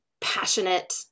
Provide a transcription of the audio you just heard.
passionate